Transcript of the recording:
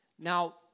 Now